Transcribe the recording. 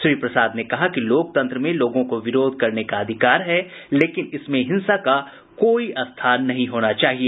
श्री प्रसाद ने कहा कि लोकतंत्र में लोगों को विरोध करने का अधिकार है लेकिन इसमें हिंसा का कोई स्थान नहीं होना चाहिए